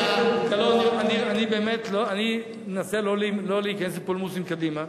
אני מנסה שלא להיכנס לפולמוס עם קדימה.